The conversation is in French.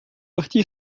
parti